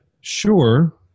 sure